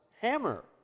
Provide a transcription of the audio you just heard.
Hammer